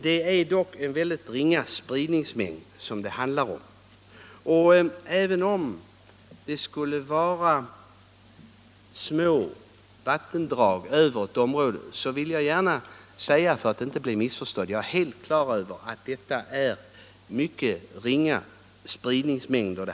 Det är dock en mycket ringa spridningsmängd det handlar om, även om det skulle finnas små vattendrag inom det besprutade området. För att inte bli missförstådd vill jag alltså betona att jag är helt på det klara med att det handlar om mycket ringa spridningsmängder.